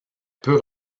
peut